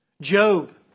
Job